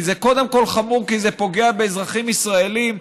כי זה קודם כול חמור כי זה פוגע באזרחים ישראלים,